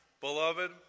Beloved